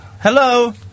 Hello